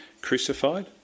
crucified